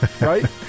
right